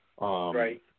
Right